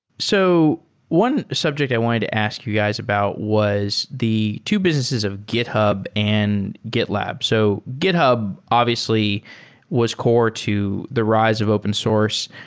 so one subject i wanted to ask you guys about was the two businesses of github and gitlab. so github obviously was core to the rise of open source,